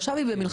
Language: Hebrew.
עכשיו הם במלחמה,